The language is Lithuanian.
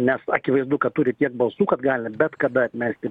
nes akivaizdu kad turi tiek balsų kad gali bet kada atmesti